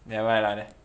nevermind lah then